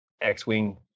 x-wing